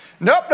Nope